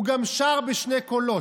הוא גם שר בשני קולות.